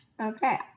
Okay